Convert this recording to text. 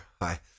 hi